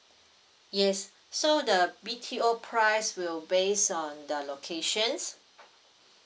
yes so the B_T_O price will based on the locations